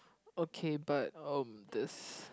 okay but um this